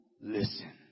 listen